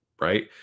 right